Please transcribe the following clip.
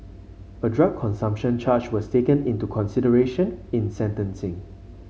a drug consumption charge was taken into consideration in sentencing